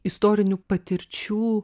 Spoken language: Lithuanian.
istorinių patirčių